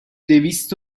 دویست